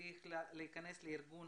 הצליח להכניס את ארגון